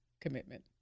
commitment